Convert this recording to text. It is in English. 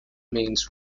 means